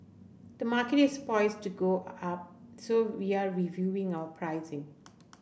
the market is poised to go up so we are reviewing our pricing